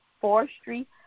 forestry